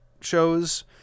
shows